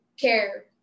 care